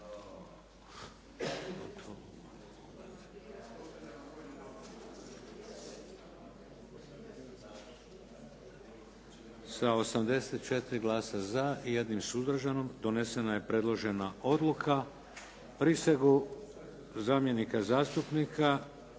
Sa 84 glasa za i 1 suzdržanim donesena je predložena odluka. Prisegu zamjenika zastupnika